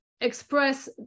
express